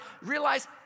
realize